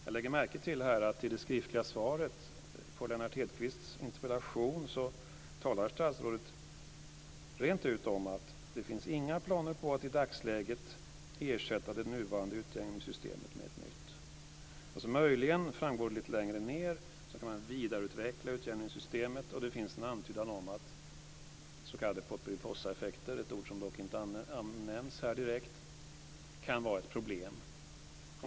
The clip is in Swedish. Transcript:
Jag lägger märke till att statsrådet i svaret på Lennart Hedquists interpellation rent ut talar om att det inte finns några planer på att i dagsläget ersätta det nuvarande utjämningssystemet med ett nytt. Möjligen, framgår det lite längre ned i det skriftliga svaret, kan man vidareutveckla utjämningssystemet. Det finns en antydan om att s.k. pomperipossaeffekter - ett ord som dock inte nämns direkt - kan vara ett problem.